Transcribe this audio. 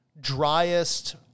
driest